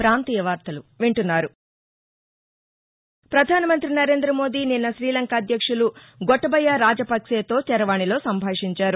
ప్రపధానమంతి నరేంద్రమోదీ నిన్న శ్రీలంక అధ్యక్షులు గొటబయ రాజపక్పేతో చరవాణిలో సంభాషించారు